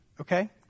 okay